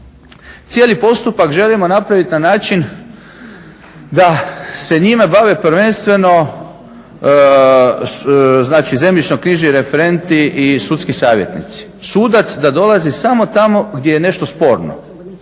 Cijeli postupak želimo napraviti na način da se njime bave prvenstveno znači zemljišno-knjižni referenti i sudski savjetnici. Sudac da dolazi samo tamo gdje je nešto sporno.